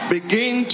Begin